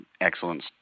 excellent